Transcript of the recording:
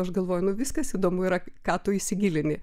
aš galvoju nu viskas įdomu yra ką tu įsigilini